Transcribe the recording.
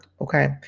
Okay